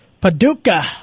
Paducah